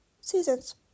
seasons